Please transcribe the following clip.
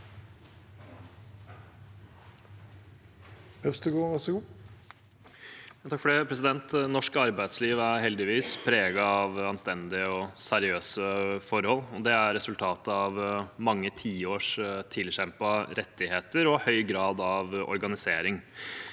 Norsk arbeidsliv er heldigvis preget av anstendige og seriøse forhold, og det er resultatet av mange tiårs tilkjempede rettigheter og høy grad av organisering.